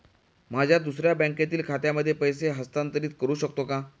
माझ्या दुसऱ्या बँकेतील खात्यामध्ये पैसे हस्तांतरित करू शकतो का?